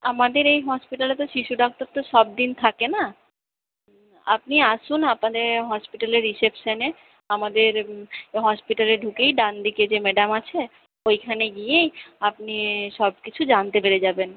আমাদের এই হসপিটালে তো শিশু ডাক্তার তো সব দিন থাকে না আপনি আসুন আমাদের হসপিটালের রিসেপশনে আমাদের হসপিটালে ঢুকেই ডানদিকে যে ম্যাডাম আছে ওইখানে গিয়েই আপনি সবকিছু জানতে পেরে যাবেন